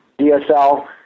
DSL